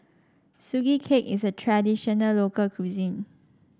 Sugee Cake is a traditional local cuisine